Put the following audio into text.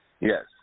Yes